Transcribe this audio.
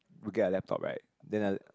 you get a lap top right then the